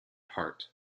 heart